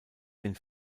den